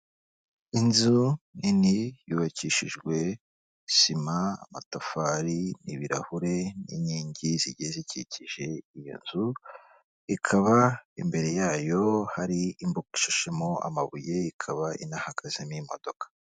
Inzu nini yubakishijwe sima, amatafari n'ibirahure n'inkingi zigiye zikikije iyo nzu, ikaba imbere yayo hari imbuga ishashemo amabuye ikaba inahagazemo imodoka.